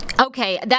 Okay